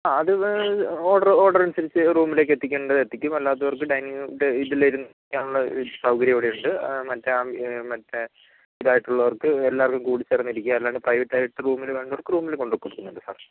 ആ അത് order order അനുസരിച്ച് റൂമിലേക്ക് എത്തിക്കേണ്ടത് എത്തിക്കും അല്ലാത്തവർക്ക് ഡൈനിങ് ഇതിലിരിക്കാനുള്ള ഒരു സൗകര്യം ഇവിടെ ഉണ്ട് മറ്റേ മറ്റേ ഇതായിട്ടുള്ളവർക്ക് എല്ലാവർക്കും കൂടിച്ചേർന്ന് ഇരിക്കാം അല്ലാണ്ട് പ്രൈവറ്റ് ആയിട്ട് റൂമിൽ വേണ്ടവർക്ക് റൂമിൽ കൊണ്ടുപോയി കൊടുക്കുന്നുണ്ട് സർ